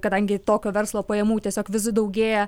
kadangi tokio verslo pajamų tiesiog vis daugėja